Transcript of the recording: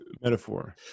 Metaphor